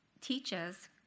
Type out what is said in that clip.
teaches